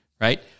right